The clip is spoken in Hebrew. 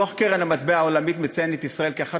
דוח קרן המטבע העולמית מציין את ישראל כאחת